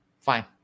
Fine